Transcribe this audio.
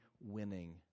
winning